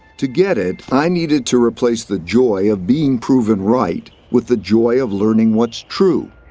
to get it, i needed to replace the joy of being proven right with the joy of learning what's true.